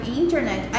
internet